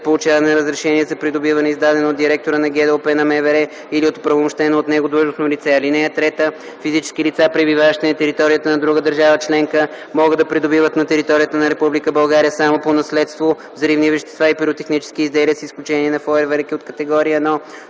получаване на разрешение за придобиване, издадено от директора на ГДОП на МВР или от оправомощено от него длъжностно лице. (3) Физически лица, пребиваващи на територията на друга държава членка, могат да придобиват на територията на Република България само по наследство взривни вещества и пиротехнически изделия, с изключение на фойерверки от категория 1,